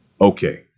Okay